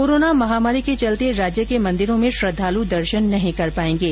corona महामारी के चलते राज्य के मंदिरों में श्रद्वालु दर्शन नहीं कर पायेंगे